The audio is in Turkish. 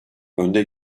önde